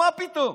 מה פתאום.